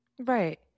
Right